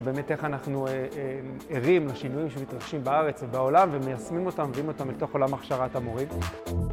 באמת איך אנחנו ערים לשינויים שמתרחשים בארץ ובעולם ומיישמים אותם, מביאים אותם לתוך עולם הכשרת המורים.